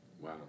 Wow